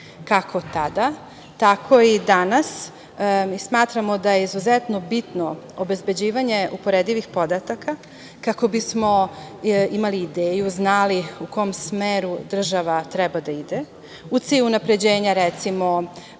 tada, tako i danas, mi smatramo da je izuzetno bitno obezbeđivanje uporedivih podataka kako bismo imali ideju, znali u kom smeru država treba da ide, u cilju unapređenja, recimo,